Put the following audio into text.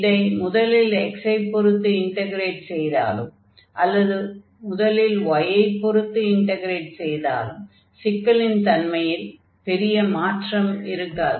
இதை முதலில் x ஐ பொருத்து இன்டக்ரேட் செய்தாலும் அல்லது முதலில் y ஐ பொருத்து இன்டக்ரேட் செய்தாலும் சிக்கலின் தன்மையில் பெரிய மாற்றம் இருக்காது